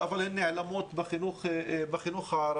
אבל הן נעלמות בחינוך הערבי.